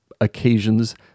occasions